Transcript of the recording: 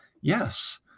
Yes